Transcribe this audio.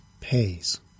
pays